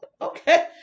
Okay